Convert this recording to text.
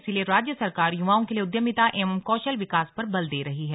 इसीलिये राज्य सरकार युवाओं के लिए उद्यमिता एवं कौशल विकास पर बल दे रही है